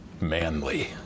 manly